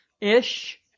Ish